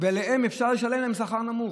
ולהן אפשר לשלם שכר נמוך.